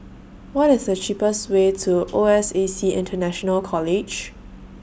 What IS The cheapest Way to O S A C International College